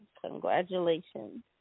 congratulations